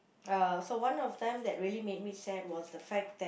uh so one of them that really made me sad was the fact that